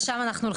לשם אנחנו הולכים.